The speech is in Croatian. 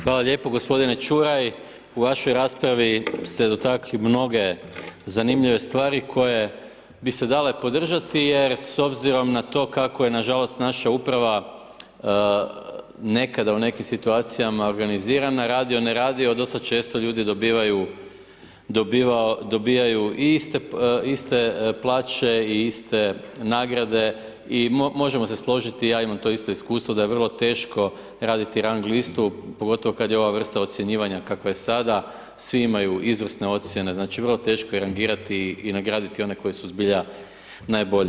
Hvala lijepo, gospodine Ćuraj u vašoj raspravi ste dotakli mnoge zanimljive stvari koje bi se dale podržati jer s obzirom na to kako je nažalost naša uprava nekada u nekim situacijama organizirana, radio, ne radio dosta često ljudi dobivaju, dobijaju i iste plaće i iste nagrade i možemo se složiti, ja imam to isto iskustvo, da je vrlo teško raditi rang listu pogotovo kad je ova vrsta ocjenjivanja kakva je sada, svi imaju izvrsne ocjene, znači vrlo teško je rangirati i nagraditi one koji su zbilja najbolji.